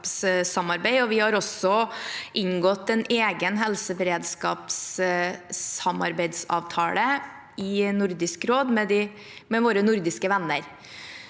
vi har også inngått en egen helseberedskapssamarbeidsavtale i Nordisk råd med våre nordiske venner.